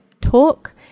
talk